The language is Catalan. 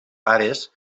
pares